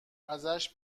ازش